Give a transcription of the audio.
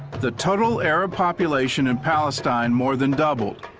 the total arab population in palestine more than doubled.